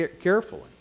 carefully